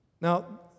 Now